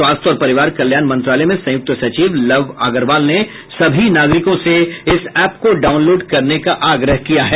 स्वास्थ्य और परिवार कल्याण मंत्रालय में संयुक्त सचिव लव अग्रवाल ने सभी नागरिकों से इस ऐप को डाउनलोड करने का आग्रह किया है